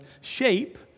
shape